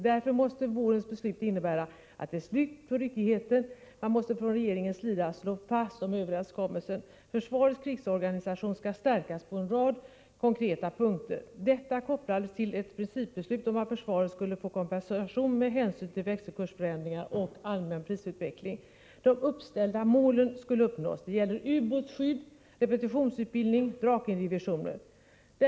Därför måste vårens beslut innebära att det är slut på ryckigheten; regeringen måste slå vakt om överenskommelsen. Försvarets krigsorganisation skulle stärkas på en rad konkreta punkter. Detta kopplades till ett principbeslut om att försvaret skulle få kompensation med hänsyn till växelkursförändringar och allmän prisutveckling. De uppställda målen skulle uppnås. Det gäller ubåtsskydd, repetitionsutbildning, Drakendivisioner.